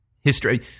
history